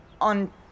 on